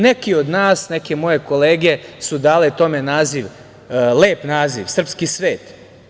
Neki od nas, neke moje kolege su dale tome lep naziv „srpski svet“